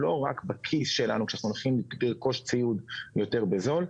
לא רק בכיס שלנו כשהולכים לרכוש ציוד יותר בזול,